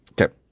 Okay